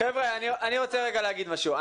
חבר'ה, אני רוצה רגע להגיד משהו.